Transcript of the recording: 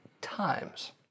times